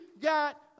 got